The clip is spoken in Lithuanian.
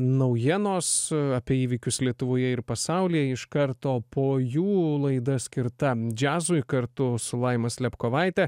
naujienos apie įvykius lietuvoje ir pasaulyje iš karto po jų laida skirta džiazui kartu su laima slėpkovaite